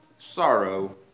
Sorrow